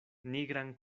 nigran